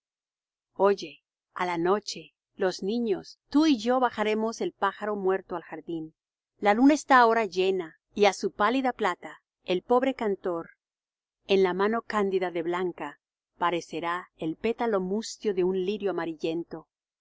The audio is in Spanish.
oye á la noche los niños tú y yo bajaremos el pájaro muerto al jardín la luna está ahora llena y á su pálida plata el pobre cantor en la mano cándida de blanca parecerá el pétalo mustio de un lirio amarillento